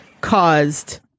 caused